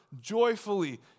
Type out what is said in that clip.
joyfully